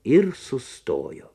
ir sustojo